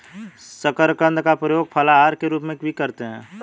शकरकंद का प्रयोग फलाहार के रूप में भी करते हैं